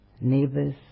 Neighbors